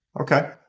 Okay